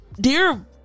dear